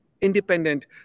independent